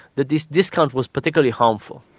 this discount was particularly harmful.